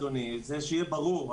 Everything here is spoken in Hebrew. אדוני: שיהיה ברור,